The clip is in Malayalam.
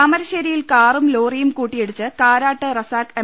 താമരശ്ശേരിയിൽ കാറും ലോറിയും കൂട്ടി ഇടിച്ച് കാരാട്ട് റസാഖ് എം